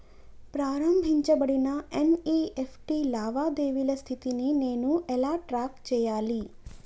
ప్రారంభించబడిన ఎన్.ఇ.ఎఫ్.టి లావాదేవీల స్థితిని నేను ఎలా ట్రాక్ చేయాలి?